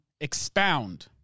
expound